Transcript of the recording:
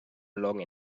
along